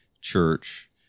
church